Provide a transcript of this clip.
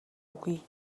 үгүй